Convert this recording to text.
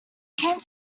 came